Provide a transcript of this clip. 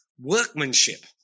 workmanship